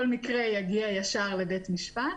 מקרה יגיע ישר לבית המשפט.